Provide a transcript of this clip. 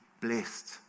blessed